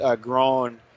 grown